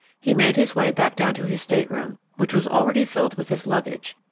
he made his way back down to his stateroom, which was already filled with his luggage.